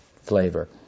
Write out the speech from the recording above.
Flavor